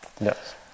Yes